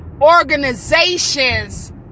organizations